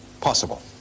possible